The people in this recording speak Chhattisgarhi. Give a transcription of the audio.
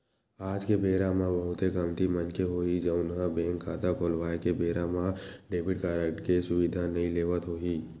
आज के बेरा म बहुते कमती मनखे होही जउन ह बेंक खाता खोलवाए के बेरा म डेबिट कारड के सुबिधा नइ लेवत होही